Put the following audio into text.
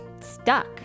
stuck